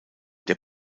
der